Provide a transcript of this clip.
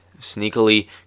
sneakily